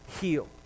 heal